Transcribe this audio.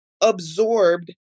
absorbed